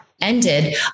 ended